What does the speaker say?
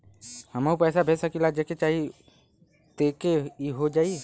हमहू पैसा भेज सकीला जेके चाही तोके ई हो जाई?